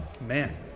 Man